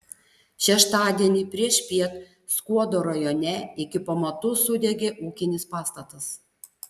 šeštadienį priešpiet skuodo rajone iki pamatų sudegė ūkinis pastatas